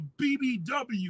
BBW